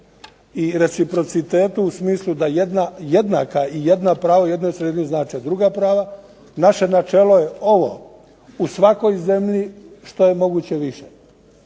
i reciprocitetu u smislu da jedna jednaka i jedna prava u jednoj sredini znače druga prava. Naše načelo je ovo u svakoj zemlji što je moguće više,